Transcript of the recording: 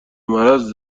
مرض